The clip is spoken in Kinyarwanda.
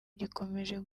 gikomeje